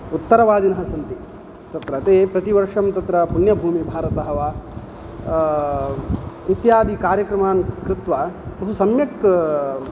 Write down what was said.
उत्तरवादिनः सन्ति तत्र ते प्रतिवर्षं तत्र पुण्यभूमिभारतः वा इत्यादि कार्यक्रमान् कृत्वा बहु सम्यक्